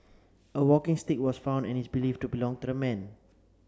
a walking stick was found and is believed to belong to the men